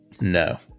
No